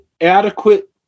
adequate